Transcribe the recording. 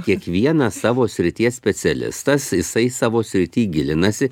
kiekvieną savo srities specialistas jisai savo srity gilinasi